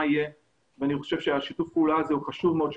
אני חושב ששיתוף הפעולה של כולנו מאוד חשוב.